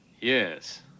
Yes